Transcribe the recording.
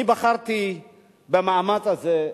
אני בחרתי במאמץ הזה.